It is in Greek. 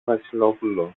βασιλόπουλο